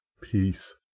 peace